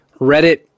Reddit